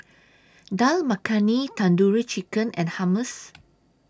Dal Makhani Tandoori Chicken and Hummus